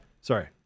Sorry